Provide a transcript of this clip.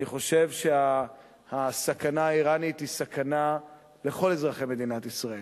אני חושב שהסכנה האירנית היא סכנה לכל אזרחי מדינת ישראל,